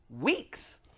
weeks